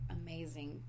amazing